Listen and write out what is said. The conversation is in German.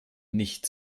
nicht